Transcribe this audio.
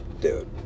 Dude